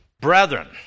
Brethren